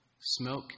smoke